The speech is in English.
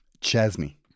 Chesney